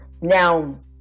Now